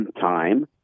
time